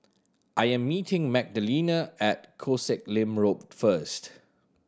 I am meeting Magdalena at Koh Sek Lim Road first